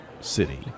city